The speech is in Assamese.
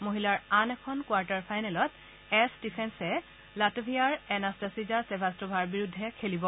মহিলাৰ আন এখন কোৱাৰ্টাৰ ফাইনেলত এচ ষ্টিফেনচে লাটভিয়াৰ এনষ্টাচিজা চেভাষ্ট'ভাৰ বিৰুদ্ধে খেলিব